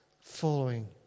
following